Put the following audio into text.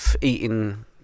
eating